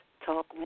talk